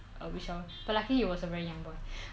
we shower but luckily it was a very young boy